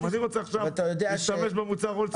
גם אני רוצה להשתמש במוצר אולד ספייס.